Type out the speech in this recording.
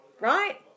Right